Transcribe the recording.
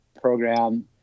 program